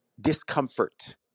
discomfort